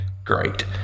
Great